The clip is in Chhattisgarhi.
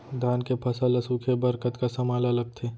धान के फसल ल सूखे बर कतका समय ल लगथे?